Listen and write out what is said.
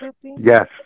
yes